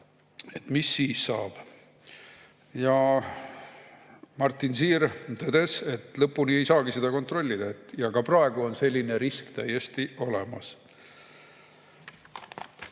et mis siis saab. Martin Ziehr tõdes, et lõpuni ei saagi seda kontrollida ja ka praegu on selline risk täiesti olemas.